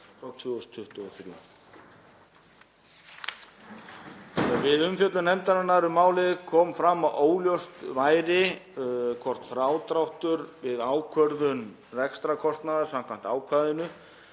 Við umfjöllun nefndarinnar um málið kom fram að óljóst væri hvort frádráttur við ákvörðun rekstrarkostnaðar samkvæmt ákvæðinu